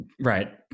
Right